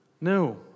No